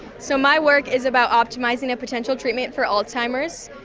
so, my work is about optimising a potential treatment for alzheimer's.